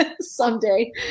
someday